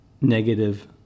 negative